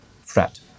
threat